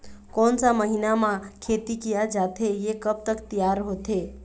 कोन सा महीना मा खेती किया जाथे ये कब तक तियार होथे?